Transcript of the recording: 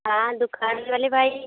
हाँ दुकान वाले भाई